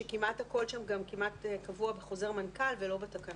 שכמעט שם הכול קבוע בחוזר מנכ"ל ולא בתקנות.